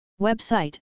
Website